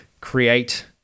create